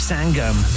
Sangam